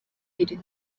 iri